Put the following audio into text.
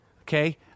Okay